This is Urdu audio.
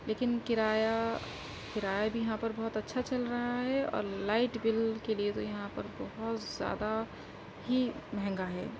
لیکن کرایہ کرایہ بھی یہاں پر بہت اچھا چل رہا ہے اور لائٹ بل کے لیے تو یہاں پر بہت زیادہ ہی مہنگا ہے